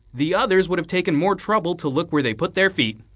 the others would have taken more trouble to look where they put their feet.